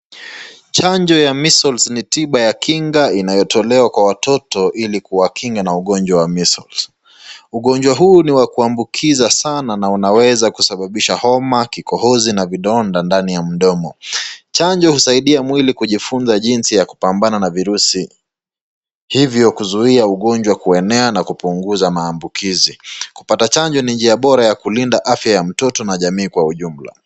Chanjo ya measles ni tiba ya kinga inayotolewa kwa watoto ili kuwakinga na ugonjwa wa measles . Ugonjwa huu ni wa kuambukiza sana na unaweza kusababisha homa, kikohozi na vidonda ndani ya mdomo. Chanjo husaidia mwili kujifunza jinsi ya kupambana na virusi. Hivyo kuzuia ugonjwa kuenea na kupunguza maambukizi. Kupata chanjo ni njia bora ya kulinda afya ya mtoto na jamii kwa ujumla.